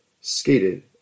skated